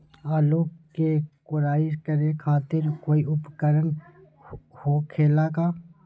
आलू के कोराई करे खातिर कोई उपकरण हो खेला का?